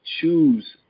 choose